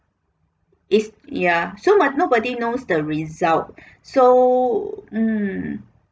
is ya so mah nobody knows the result so mm